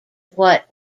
what